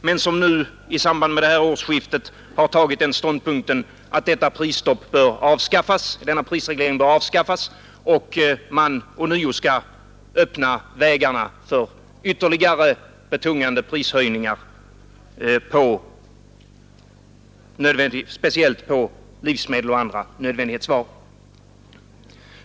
De har nu i samband med årsskiftet intagit ståndpunkten att denna prisreglering bör avskaffas och att man ånyo skall öppna vägarna för ytterligare betungande prishöjningar speciellt på livsmedel och andra nödvändighetsvaror.